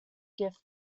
gift